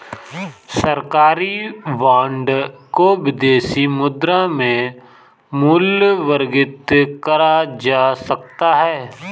सरकारी बॉन्ड को विदेशी मुद्रा में मूल्यवर्गित करा जा सकता है